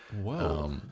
Wow